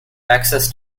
access